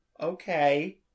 Okay